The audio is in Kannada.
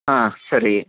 ಹಾಂ ಸರಿ